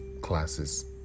classes